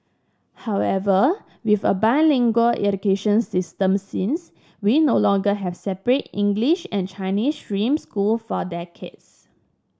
however with a bilingual education system since we no longer have separate English and Chinese stream school for decades